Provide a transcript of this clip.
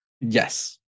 Yes